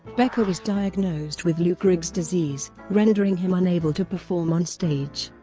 becker was diagnosed with lou gehrig's disease, rendering him unable to perform onstage.